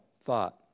thought